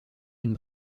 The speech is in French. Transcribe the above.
une